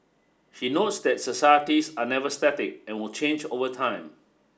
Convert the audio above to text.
he notes that societies are never static and will change over time